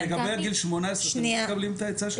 לגבי עד גיל 18, אתם לא מקבלים את העצה שלי?